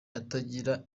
atagira